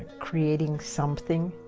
creating something.